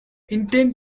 intend